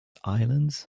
islands